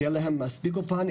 שיהיה להם מספיק אולפן,